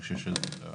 אני חושב שהוא חשוב.